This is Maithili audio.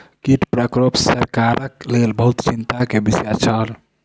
कीट प्रकोप सरकारक लेल बहुत चिंता के विषय छल